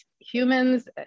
humans